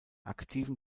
aktiven